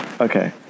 Okay